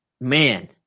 man